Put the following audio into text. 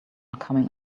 coming